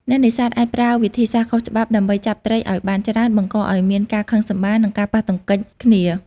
អ្នកនេសាទអាចប្រើវិធីសាស្រ្តខុសច្បាប់ដើម្បីចាប់ត្រីឱ្យបានច្រើន បង្កឱ្យមានការខឹងសម្បារ និងការប៉ះទង្គិចគ្នា។